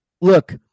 look